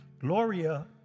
Gloria